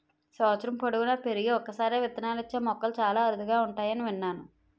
సంవత్సరం పొడువునా పెరిగి ఒక్కసారే విత్తనాలిచ్చే మొక్కలు చాలా అరుదుగా ఉంటాయని విన్నాను